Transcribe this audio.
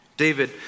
David